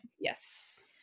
Yes